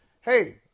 hey